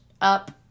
up